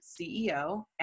CEO